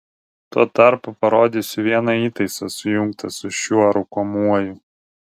tuo tarpu parodysiu vieną įtaisą sujungtą su šiuo rūkomuoju